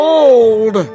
old